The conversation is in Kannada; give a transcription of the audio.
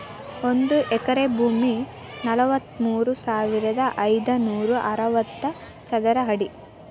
ಒಂದ ಎಕರೆ ಭೂಮಿ ನಲವತ್ಮೂರು ಸಾವಿರದ ಐದನೂರ ಅರವತ್ತ ಚದರ ಅಡಿ